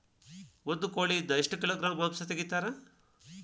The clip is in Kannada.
ಒಂದು ಕೋಳಿಯಿಂದ ಎಷ್ಟು ಕಿಲೋಗ್ರಾಂ ಮಾಂಸ ತೆಗಿತಾರ?